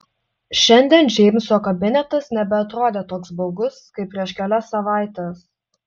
šiandien džeimso kabinetas nebeatrodė toks baugus kaip prieš kelias savaites